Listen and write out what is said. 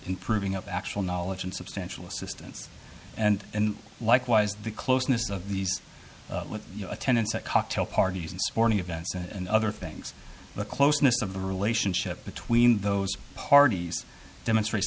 improving of actual knowledge and substantial assistance and likewise the closeness of these attendance at cocktail parties and sporting events and other things the closeness of the relationship between those parties demonstrate